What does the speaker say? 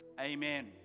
Amen